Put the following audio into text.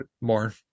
more